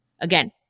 Again